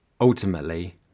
Ultimately